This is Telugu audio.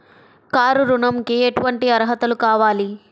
కారు ఋణంకి ఎటువంటి అర్హతలు కావాలి?